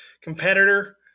competitor